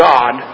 God